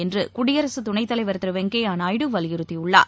என்றுகுடியரசுதுணைத்தலைவர் திருவெங்கப்யாநாயுடு வலியுறுத்தியுள்ளர்